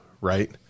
right